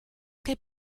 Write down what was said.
che